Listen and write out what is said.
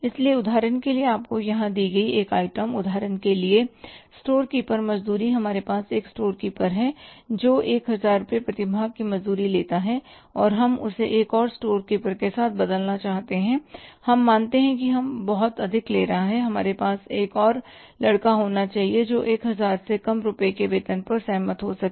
इसलिए उदाहरण के लिए आपको यहां दी गई है एक आइटम उदाहरण के लिए स्टोर कीपर मजदूरी हमारे पास एक स्टोर कीपर है जो 1000 रुपये प्रतिमाह की मजदूरी लेता है और हम उसे एक और स्टोर कीपर के साथ बदलना चाहते हैं हम मानते हैं कि बहुत अधिक ले रहा है हमारे पास एक और लड़का होना चाहिए जो 1000 से कम रुपए के वेतन पर सहमत हो सके